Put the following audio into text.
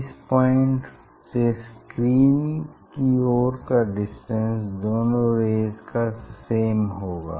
इस पॉइंट से स्क्रीन की ओर का डिस्टेंस दोनों रेज़ का सेम होगा